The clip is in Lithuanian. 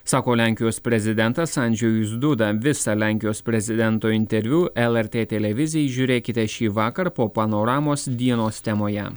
sako lenkijos prezidentas andžejus duda visą lenkijos prezidento interviu lrt televizijai žiūrėkite šįvakar po panoramos dienos temoje